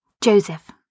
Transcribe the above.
Joseph